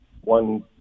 one